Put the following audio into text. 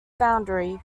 boundary